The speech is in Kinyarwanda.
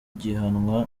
gihanwa